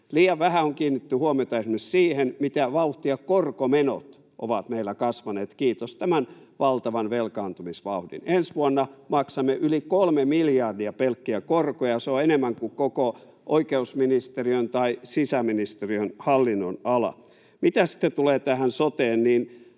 Liian vähän on kiinnitetty huomiota esimerkiksi siihen, mitä vauhtia korkomenot ovat meillä kasvaneet, kiitos tämän valtavan velkaantumisvauhdin. Ensi vuonna maksamme yli kolme miljardia pelkkiä korkoja. Se on enemmän kuin koko oikeusministeriön tai sisäministeriön hallinnonala. Mitä sitten tulee tähän soteen,